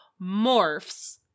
morphs